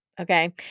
okay